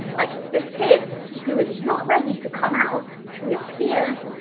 like this kid who is not ready to come out to his peers,